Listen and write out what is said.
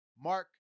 Mark